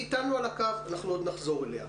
היא איתנו על הקו, אנחנו עוד נחזור אליה.